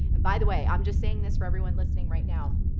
and by the way, i'm just saying this for everyone listening right now,